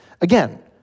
Again